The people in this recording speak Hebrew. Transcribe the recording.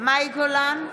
מאי גולן,